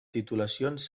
titulacions